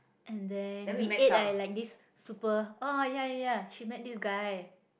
and then we ate at like this super oh ya ya ya she met this guy